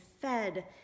fed